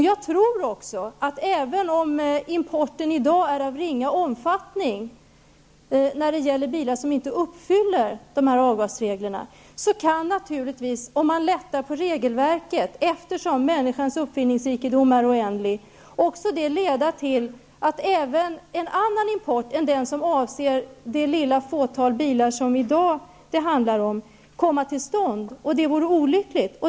Jag tror också att även om importen i dag av bilar som inte uppfyller dessa avgasregler är av ringa omfattning, kan det naturligtvis, om man lättar på regelverket, och människans uppfinningsrikedom är ju oändlig, leda till att även en annan import än den som avser det fåtal bilar som det i dag handlar om kommer till stånd, och det vore olyckligt.